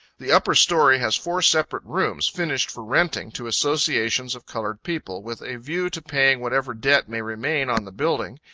the upper story has four separate rooms, finished for renting to associations of colored people, with a view to paying whatever debt may remain on the building,